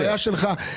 אתה יודע מה הבעיה שלך?